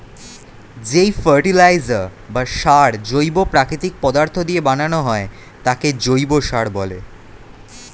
যেই ফার্টিলাইজার বা সার জৈব প্রাকৃতিক পদার্থ দিয়ে বানানো হয় তাকে জৈব সার বলে